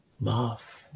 love